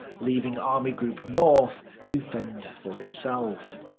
leaving army group north to fend for itself.